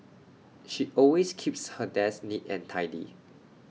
she always keeps her desk neat and tidy